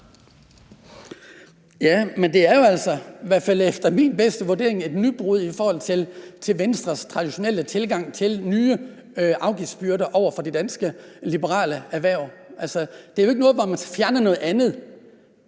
(DD): Det er jo altså – i hvert fald efter min bedste vurdering – et nybrud i forhold til Venstres traditionelle tilgang til nye afgiftsbyrder over for de danske liberale erhverv. Altså, det er jo ikke noget med, at man så fjerner noget andet